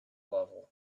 level